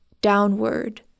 downward